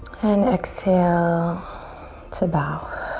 and exhale to bow.